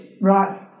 Right